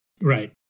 Right